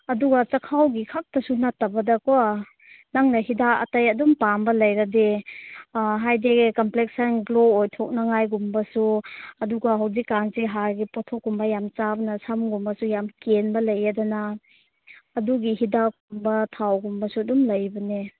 ꯑꯗꯨꯒ ꯆꯥꯛꯈꯥꯎꯒꯤ ꯈꯛꯇꯁꯨ ꯅꯠꯇꯕꯗꯀꯣ ꯅꯪꯅ ꯍꯤꯗꯥꯛ ꯑꯇꯩ ꯑꯗꯨꯝ ꯄꯥꯝꯕ ꯂꯩꯔꯗꯤ ꯑꯥ ꯍꯥꯏꯗꯤ ꯀꯝꯄ꯭ꯂꯦꯛꯁꯟ ꯒ꯭ꯂꯣ ꯑꯣꯏꯊꯣꯛꯅꯉꯥꯏꯒꯨꯝꯕꯁꯨ ꯑꯗꯨꯒ ꯍꯧꯖꯤꯛ ꯀꯥꯟꯁꯦ ꯍꯥꯔꯒꯤ ꯄꯣꯠꯊꯣꯛ ꯀꯨꯝꯕ ꯌꯥꯝ ꯆꯥꯕꯅ ꯁꯝꯒꯨꯝꯕꯁꯨ ꯌꯥꯝ ꯀꯦꯟꯕ ꯂꯩꯌꯦ ꯑꯗꯨꯅ ꯑꯗꯨꯒꯤ ꯍꯤꯗꯥꯛ ꯀꯨꯝꯕ ꯊꯥꯎꯒꯨꯝꯕꯁꯨ ꯑꯗꯨꯝ ꯂꯩꯕꯅꯦ